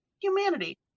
humanity